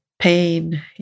Pain